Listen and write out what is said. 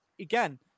again